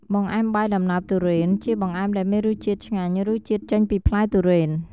បង្អែមបាយដំណើបទុរេន ជាបង្អែមដែលមានរសជាតិឆ្ងាញ់ រសជាតិចេញពីផ្លែទុរេន។